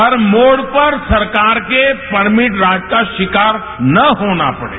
हर मोड़ पर सरकार के परमिट राज का शिकार न होना पड़े